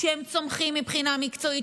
שהם צומחים מבחינה מקצועית,